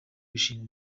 gushinga